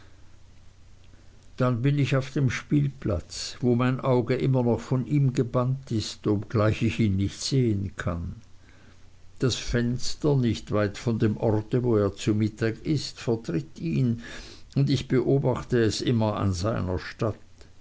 dann bin ich auf dem spielplatz wo mein auge immer noch von ihm gebannt ist obgleich ich ihn nicht sehen kann das fenster nicht weit von dem orte wo er zu mittag ißt vertritt ihn und ich beobachte es immer an seiner statt